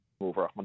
over